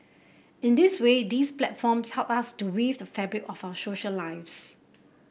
in this way these platforms help us to weave the fabric of our social lives